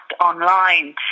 online